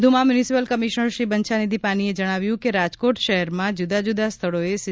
વધુમાં municipal commissioner Shri Banchhanidhi પાનીએ જણાવ્યું હતું કે રાજકોટ શહેરમાં જુદા જુદાં સ્થળોએ સી